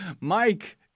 Mike